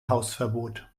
hausverbot